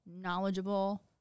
knowledgeable